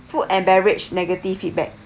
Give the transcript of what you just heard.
food and beverage negative feedback